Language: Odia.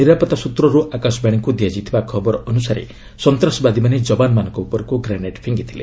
ନିରାପତ୍ତା ସୂତ୍ରରୁ ଆକାଶବାଣୀକୁ ଦିଆଯାଇଥିବା ଖବର ଅନୁସାରେ ସନ୍ତାସବାଦୀମାନେ ଯବାନମାନଙ୍କ ଉପରକୁ ଗ୍ରେନେଡ୍ ଫିଙ୍ଗିଥିଲେ